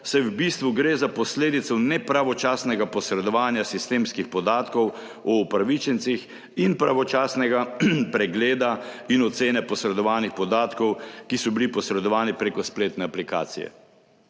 gre v bistvu za posledico nepravočasnega posredovanja sistemskih podatkov o upravičencih in pravočasnega pregleda in ocene posredovanih podatkov, ki so bili posredovani prek spletne aplikacije.